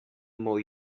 more